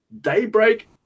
Daybreak